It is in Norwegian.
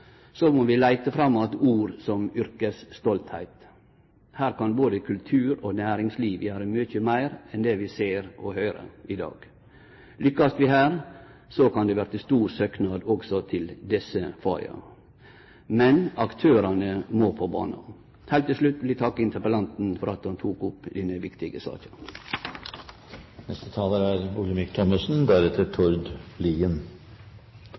Så må vi leite fram att ord som yrkesstoltheit. Her kan både kultur- og næringsliv gjere mykje meir enn det vi ser og høyrer i dag. Lykkast vi her, kan det verte stor søknad òg til desse faga. Men aktørane må på bana. Heilt til slutt vil eg takke interpellanten for at han tok opp denne viktige saka. Det er